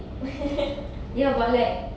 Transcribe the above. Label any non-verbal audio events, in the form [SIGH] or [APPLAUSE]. [LAUGHS]